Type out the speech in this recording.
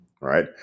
right